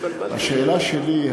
השאלה שלי היא,